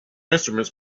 instruments